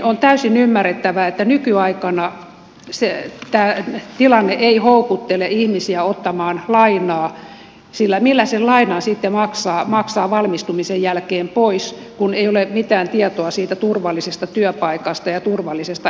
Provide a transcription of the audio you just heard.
on täysin ymmärrettävää että nykyaikana tämä tilanne ei houkuttele ihmisiä ottamaan lainaa sillä millä sen lainan sitten valmistumisen jälkeen maksaa pois kun ei ole mitään tietoa siitä turvallisesta työpaikasta ja turvallisesta elämästä